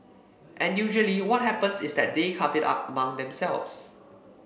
and usually what happens is that they carve it up among themselves